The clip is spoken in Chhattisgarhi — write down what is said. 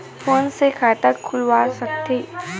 फोन से खाता खुल सकथे?